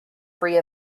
free